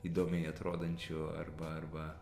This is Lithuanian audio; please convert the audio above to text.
įdomiai atrodančių arba arba